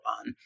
on